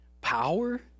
power